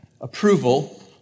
approval